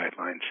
guidelines